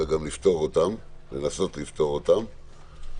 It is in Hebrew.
אלא גם לנסות לפתור אותן.